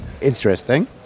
interesting